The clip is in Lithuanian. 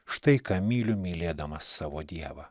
štai ką myliu mylėdamas savo dievą